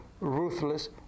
ruthless